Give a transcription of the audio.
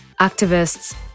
activists